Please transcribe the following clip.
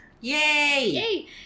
Yay